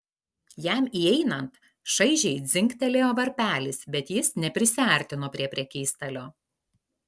jam įeinant šaižiai dzingtelėjo varpelis bet jis neprisiartino prie prekystalio